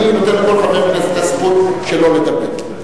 אני נותן לכל חבר כנסת את הזכות שלו לדבר.